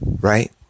Right